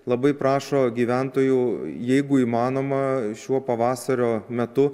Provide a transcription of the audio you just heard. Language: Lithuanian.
labai prašo gyventojų jeigu įmanoma šiuo pavasario metu